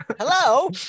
Hello